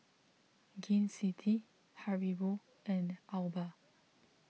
Gain City Haribo and Alba